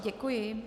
Děkuji.